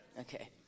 Okay